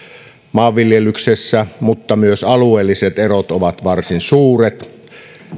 maanviljelyksessä mutta myös alueelliset erot ovat varsin suuret